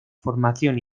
formación